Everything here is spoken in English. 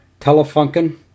Telefunken